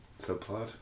Subplot